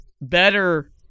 better